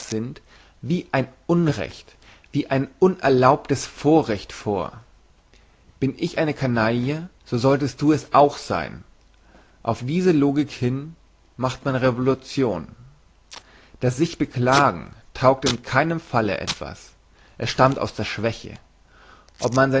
sind wie ein unrecht wie ein unerlaubtes vorrecht vor bin ich eine canaille so solltest du es auch sein auf diese logik hin macht man revolution das sich beklagen taugt in keinem falle etwas es stammt aus der schwäche ob man